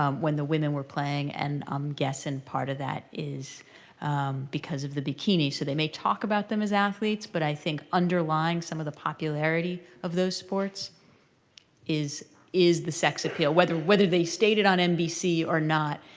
um when the women were playing. and i'm guessing part of that is because of the bikini. so they may talk about them as athletes, but i think underlying some of the popularity of those sports is is the sex appeal, whether whether they state it on nbc or not.